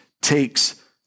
takes